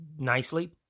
nicely